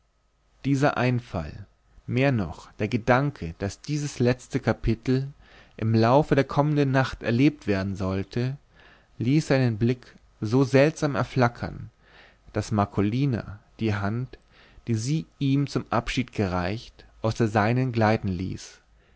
dieser einfall mehr noch der gedanke daß dieses letzte kapitel im laufe der kommenden nacht erlebt werden sollte ließ seinen blick so seltsam erflackern daß marcolina die hand die sie ihm zum abschied gereicht aus der seinen gleiten ließ